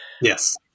Yes